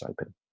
open